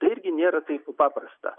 tai irgi nėra taip paprasta